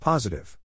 Positive